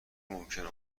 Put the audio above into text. ممکنه